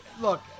Look